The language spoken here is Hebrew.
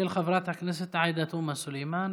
התשפ"ב 2021, של חברת הכנסת עאידה תומא סלימאן.